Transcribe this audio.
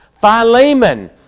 Philemon